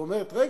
ואומרת: רגע,